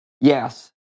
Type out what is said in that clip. Yes